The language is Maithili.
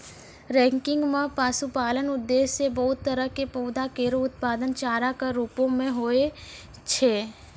रैंकिंग म पशुपालन उद्देश्य सें बहुत तरह क पौधा केरो उत्पादन चारा कॅ रूपो म होय छै